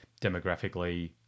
demographically